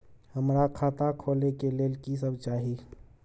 हमरा खाता खोले के लेल की सब चाही?